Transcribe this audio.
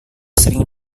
sering